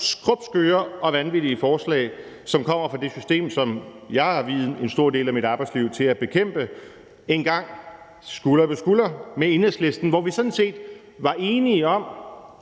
skrubskøre og vanvittigt forslag kommer fra det system, som jeg har viet en stor del af mit arbejdsliv til at bekæmpe – engang skulder ved skulder med Enhedslisten, hvor vi sådan set var enige om,